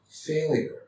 failure